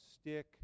stick